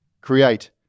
create